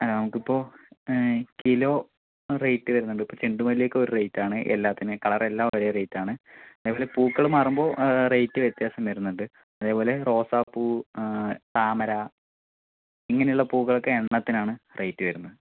അല്ല നമുക്കിപ്പോൾ kilo rate വരുന്നുണ്ട് ഇപ്പോൾ ചെണ്ടുമല്ലിക്ക് ഒരു റേറ്റ് ആണ് എല്ലാത്തിനും കളർ എല്ലാം ഒരു റേറ്റാണ് അതെപോലെ പൂക്കള് മാറുമ്പോൾ റേറ്റ് വ്യത്യാസം വരുന്നുണ്ട് അതേപോലെ റോസാപ്പൂ താമര ഇങ്ങനെയുള്ള പൂക്കളൊക്കെ എണ്ണത്തിനാണ് റേറ്റ് വരുന്നത്